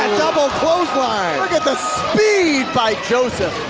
double closed line. look at the speed by joseph.